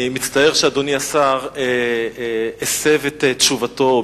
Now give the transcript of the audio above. אני מצטער שאדוני השר הסב את תשובתו.